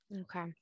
Okay